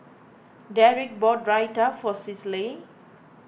Deric bought Raita for Cicely